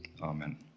Amen